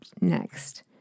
next